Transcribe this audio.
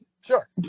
Sure